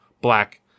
black